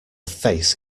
face